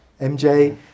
MJ